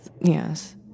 Yes